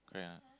correct or not